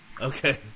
Okay